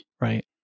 right